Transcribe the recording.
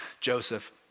Joseph